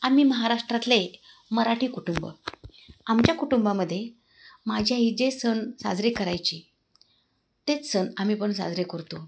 आम्ही महाराष्ट्रातले मराठी कुटुंब आमच्या कुटुंबामध्ये माझी आई जे सण साजरे करायची तेच सण आम्ही पण साजरे करतो